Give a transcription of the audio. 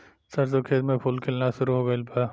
सरसों के खेत में फूल खिलना शुरू हो गइल बा